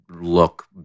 look